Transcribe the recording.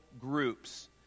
groups